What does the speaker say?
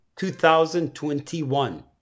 2021